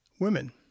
women